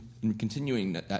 continuing